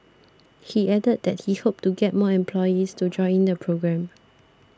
he added that he hoped to get more employees to join the programme